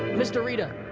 mister reda,